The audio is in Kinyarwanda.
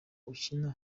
ukina